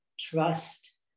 trust